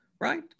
Right